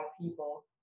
people